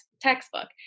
textbook